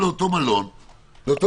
מלונית.